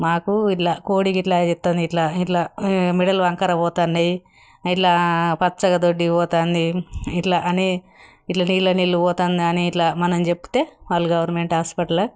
మాకు ఇట్లా కోడికి ఇట్లా చేస్తోంది ఇట్లా ఇట్లా మెడలు వంకర పోతున్నాయి ఇట్లా పచ్చగా దొడ్డికి పోతోంది ఇట్లా అని ఇట్లా నీళ్ళ నీళ్ళు పోతోంది అని ఇట్లా మనం చెప్పితే వాళ్ళు గవర్నమెంట్ హాస్పిటల్